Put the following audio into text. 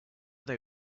they